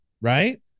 right